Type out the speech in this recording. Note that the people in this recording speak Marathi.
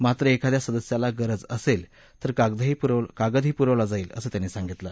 मात्र एखाद्या सदस्याला गरज असेल तर कागदही पुखला जाईल असं त्यांनी सांगितलं